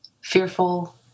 fearful